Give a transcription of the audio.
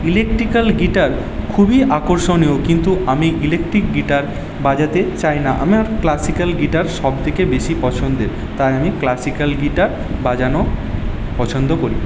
electrical guitar খুবই আকর্ষণীয় কিন্তু আমি ইলেকট্রিক গিটার বাজাতে চাই না আমার ক্লাসিকাল গিটার সবথেকে বেশি পছন্দের তাই আমি ক্লাসিকাল গিটার বাজানো পছন্দ করি